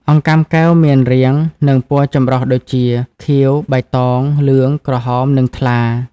អង្កាំកែវមានរាង និងពណ៌ចម្រុះដូចជា ខៀវ បៃតង លឿង ក្រហម និងថ្លា។